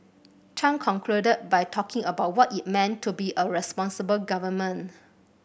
chan concluded by talking about what it meant to be a responsible government